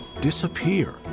disappear